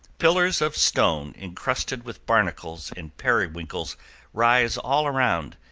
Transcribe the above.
pillars of stone incrusted with barnacles and periwinkles rise all around,